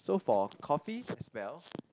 so for coffee as well